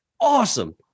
awesome